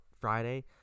Friday